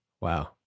wow